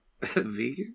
Vegan